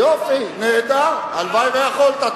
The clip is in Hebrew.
יופי, נהדר, הלוואי שיכולת.